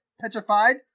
petrified